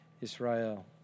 Israel